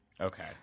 Okay